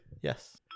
Yes